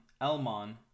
Elmon